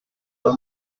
zinc